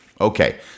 Okay